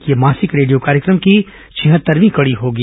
यह मासिक रेडियो कार्यक्रम की छिहत्तरवीं कड़ी होगी